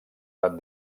van